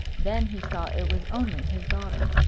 then he saw it was only his daughter.